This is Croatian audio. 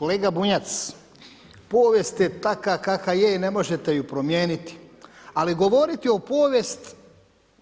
Kolega Bunjac, povijest je takva kakva je i ne možete ju promijeniti, ali govoriti o povijesti